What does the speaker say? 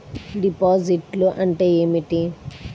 డిపాజిట్లు అంటే ఏమిటి?